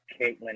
caitlin